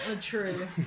True